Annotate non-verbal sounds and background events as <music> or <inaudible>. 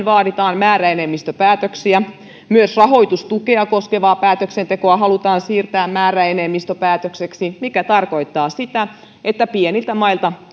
<unintelligible> vaaditaan määräenemmistöpäätöksiä myös rahoitustukea koskevaa päätöksentekoa halutaan siirtää määräenemmistöpäätökseksi mikä tarkoittaa sitä että pieniltä mailta <unintelligible>